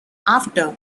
after